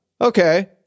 Okay